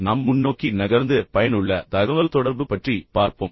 நாம் முன்னோக்கி நகர்ந்து பயனுள்ள தகவல்தொடர்பு பற்றி மேலும் பார்ப்போம்